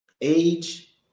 age